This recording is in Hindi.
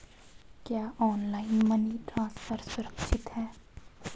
क्या ऑनलाइन मनी ट्रांसफर सुरक्षित है?